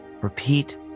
Repeat